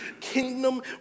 kingdom